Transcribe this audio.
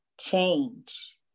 change